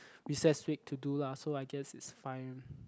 recess week to do lah so I guess it's fine